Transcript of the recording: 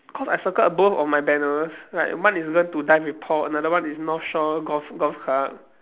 cause I circled both of my banners like mine is learn to dive with Paul another one is north shore golf golf club